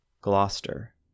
Gloucester